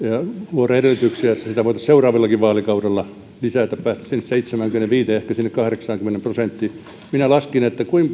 luoda edellytyksiä että sitä voitaisiin seuraavallakin vaalikaudella lisätä päästä sinne seitsemäänkymmeneenviiteen viiva kahdeksaankymmeneen prosenttiin minä laskin